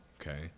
okay